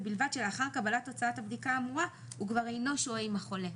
ובלבד שלאחר קבלת תוצאות הבדיקה האמורה הוא כבר אינו שוהה עם החולה,